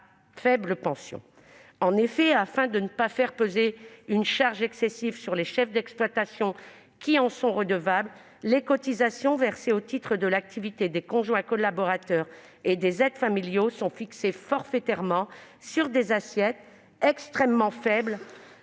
faibles pensions ». En effet, afin de ne pas faire peser une charge excessive sur les chefs d'exploitation, qui en sont redevables, les cotisations versées au titre de l'activité des conjoints collaborateurs et des aides familiaux sont fixées forfaitairement sur des assiettes extrêmement faibles,